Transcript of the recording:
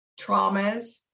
traumas